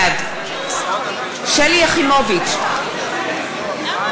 בעד שלי יחימוביץ, בעד חיים ילין,